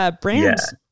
brands